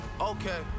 okay